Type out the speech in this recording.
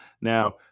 Now